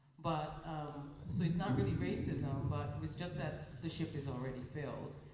but um so it's not really racism, but it was just that the ship is already filled.